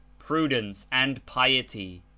prudence and piety,